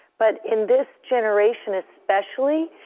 but in this generation especially,